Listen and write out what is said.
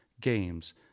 games